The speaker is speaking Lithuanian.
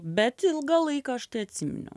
bet ilgą laiką aš tai atsiminiau